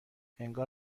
انگار